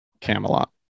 camelot